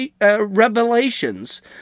revelations